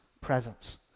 presence